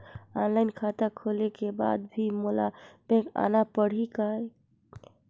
Online खाता खोले के बाद भी मोला बैंक आना पड़ही काय?